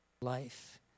life